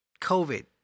COVID